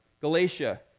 Galatia